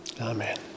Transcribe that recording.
Amen